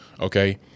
Okay